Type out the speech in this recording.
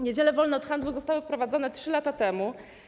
Niedziele wolne od handlu zostały wprowadzone 3 lata temu.